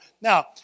Now